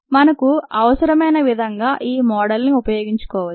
మనకు అవసరమైన విధంగా ఈ మోడల్ ని ఉపయోగించు కోవచ్చు